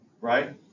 Right